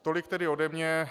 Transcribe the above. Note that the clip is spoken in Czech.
Tolik tedy ode mě.